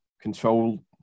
control